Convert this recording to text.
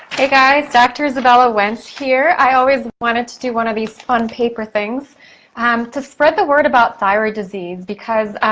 hey, guys, doctor izabella wentz here. i always wanted to do one of these fun paper things um to spread the word about thyroid disease because